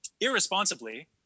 irresponsibly